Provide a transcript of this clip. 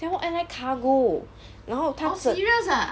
singapore airline cargo 然后它整